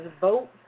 vote